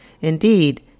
Indeed